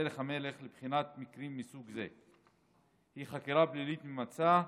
דרך המלך לבחינת מקרים מסוג זה היא חקירה פלילית ממצה,